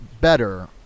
better